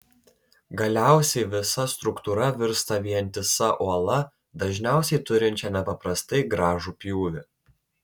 galiausiai visa struktūra virsta vientisa uola dažniausiai turinčia nepaprastai gražų pjūvį